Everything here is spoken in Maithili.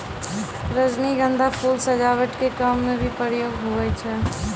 रजनीगंधा फूल सजावट के काम मे भी प्रयोग हुवै छै